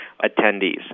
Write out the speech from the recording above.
attendees